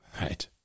right